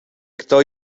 kto